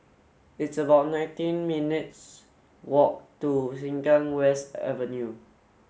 it's about nineteen minutes' walk to Sengkang West Avenue